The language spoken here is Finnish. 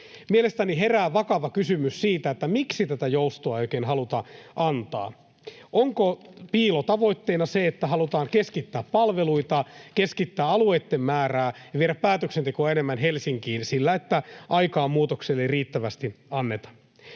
Mielestäni herää vakava kysymys siitä, miksi tätä joustoa ei oikein haluta antaa. Onko piilotavoitteena se, että halutaan keskittää palveluita, keskittää alueitten määrää ja viedä päätöksentekoa enemmän Helsinkiin sillä, että aikaa muutokselle ei riittävästi anneta?